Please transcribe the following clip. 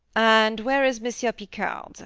and where is monsieur picard?